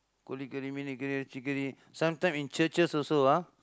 கோழி curry meen curry iraichi curry kari miin kari iraichsi kari sometime in churches also ah